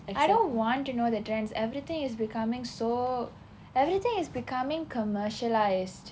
I don't want to know the trends everything is becoming so everything is becoming commercialized